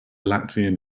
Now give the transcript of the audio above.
latvian